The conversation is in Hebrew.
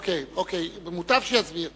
אוקיי, מוטב שיסביר.